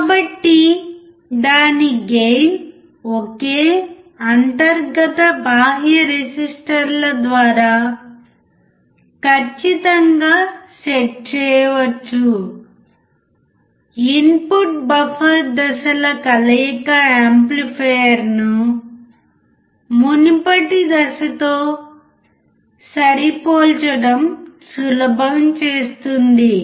కాబట్టి దాని గెయిన్ ఒకే అంతర్గత బాహ్య రెసిస్టర్ల ద్వారా ఖచ్చితంగా సెట్ చేయవచ్చు ఇన్పుట్ బఫర్ దశల కలయిక యాంప్లిఫైయర్ను మునుపటి దశతో సరిపోల్చడం సులభం చేస్తుంది